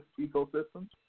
ecosystems